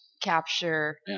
capture